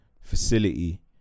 facility